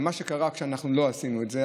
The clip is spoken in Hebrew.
מה שקרה כשאנחנו לא עשינו את זה,